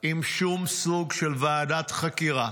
עם שום סוג של ועדת חקירה.